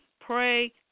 pray